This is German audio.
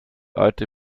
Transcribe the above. alte